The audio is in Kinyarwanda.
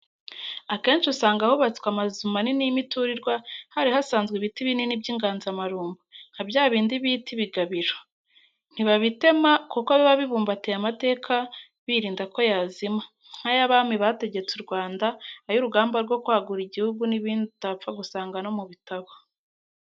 Akenshi usanga ahubatswe amazu manini y'imiturirwa, hari hasanzwe ibiti binini by' inganzamarumbo, nka bya bindi bita ibigabiro; ntibabitema kuko biba bibumbatiye amateka birinda ko yazima, nk'ay'abami bategetse u Rwanda, ay'urugamba rwo kwagura igihugu n'ibindi utapfa gusanga no mu bitabo.